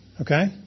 Okay